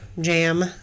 jam